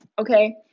Okay